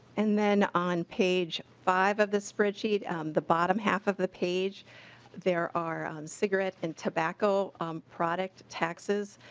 and then on page five of the spreadsheet the bottom half of the page there are cigarettes and tobacco product taxes.